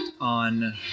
on